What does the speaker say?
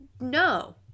No